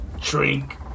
drink